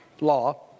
law